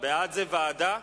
בעד זה ועדה,